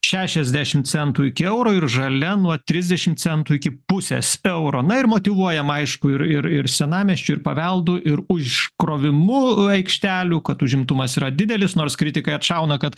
šešiasdešim centų iki euro ir žalia nuo trisdešim centų iki pusės euro na ir motyvuojam aišku ir ir ir senamiesčiu ir paveldu ir iškrovimu aikštelių kad užimtumas yra didelis nors kritikai atšauna kad